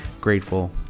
grateful